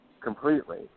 completely